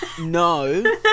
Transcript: No